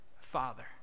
father